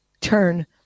turn